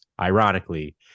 ironically